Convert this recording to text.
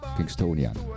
Kingstonian